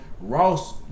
Ross